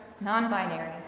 non-binary